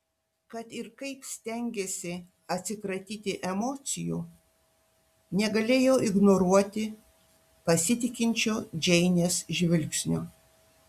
kad ir kaip stengėsi atsikratyti emocijų negalėjo ignoruoti pasitikinčio džeinės žvilgsnio